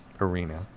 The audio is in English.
arena